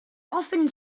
often